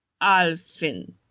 Alfin